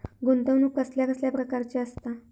गुंतवणूक कसल्या कसल्या प्रकाराची असता?